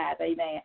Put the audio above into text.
amen